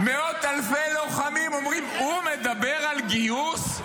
מאות אלפי לוחמים אומרים: הוא מדבר על גיוס?